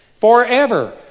forever